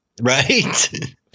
right